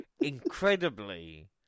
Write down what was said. Incredibly